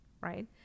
right